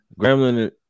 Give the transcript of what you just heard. Gremlin